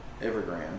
Evergrande